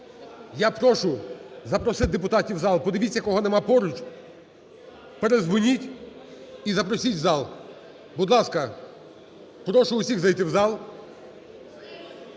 Я прошу запросити депутатів в зал. Подивіться кого нема поруч, передзвоніть і запросіть в зал. Будь ласка, прошу усіх зайти в зал.